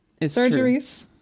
Surgeries